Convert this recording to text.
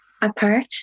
apart